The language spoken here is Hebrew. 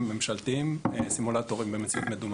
ממשלתיים סימולטורים במציאות מדומה,